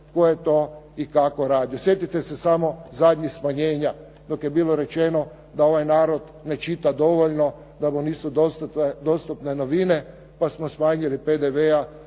tko je to i kako radio. Sjetite se samo zadnjih smanjenja dok je bilo rečeno da ovaj narod ne čita dovoljno, da mu nisu dostupne novine pa smo smanjili PDV,